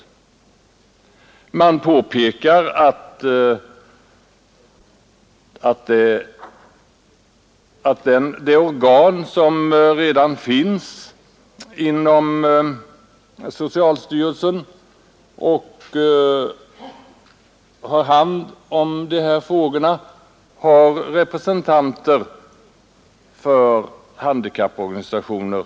Utskottet påpekar vidare att representanter för handikapporganisationer ingår i den rådgivande nämnd som redan finns inom socialstyrelsen och att erforderlig expertis finns där.